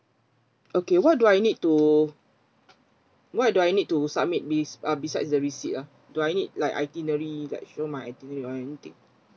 okay what do I need to what do I need to submit bes~ uh beside the receipt ah do I need like itinerary that show my itinerary or anything